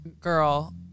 girl